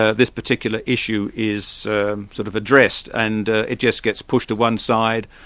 ah this particular issue is sort of addressed, and it just gets pushed to one side,